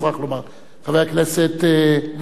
חבר הכנסת נחמן שי,